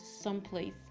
someplace